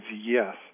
yes